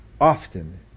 often